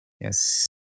Yes